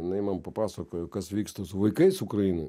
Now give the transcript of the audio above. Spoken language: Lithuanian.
jinai man papasakojo kas vyksta su vaikais ukrainoj